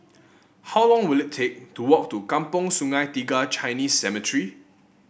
how long will it take to walk to Kampong Sungai Tiga Chinese Cemetery